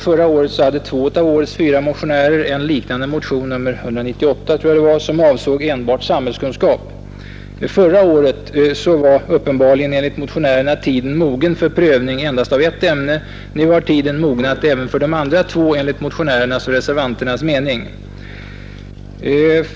Förra året hade två av årets motionärer en liknande motion, nr 198, som avsåg enbart samhällskunskap. Då var uppenbarligen enligt motionärerna tiden mogen för prövning endast av ett ämne, nu har tiden mognat även för de andra två enligt motionärernas och reservanternas mening.